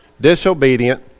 disobedient